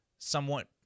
somewhat